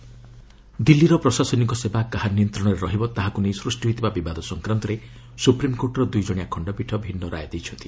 SC Delhi ଦିଲ୍ଲୀର ପ୍ରଶାସନିକ ସେବା କାହା ନିୟନ୍ତ୍ରଣରେ ରହିବ ତାହାକୁ ନେଇ ସୃଷ୍ଟି ହୋଇଥିବା ବିବାଦ ସଂକ୍ରାନ୍ତରେ ସୁପ୍ରିମ୍କୋର୍ଟର ଦୁଇ ଜଣିଆ ଖଣ୍ଡପୀଠ ଭିନ୍ନ ଭିନ୍ନ ରାୟ ଦେଇଛନ୍ତି